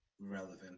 relevant